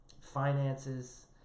finances